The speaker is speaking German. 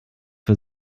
für